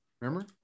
Remember